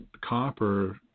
copper